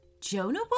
Jonah